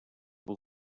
will